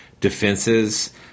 defenses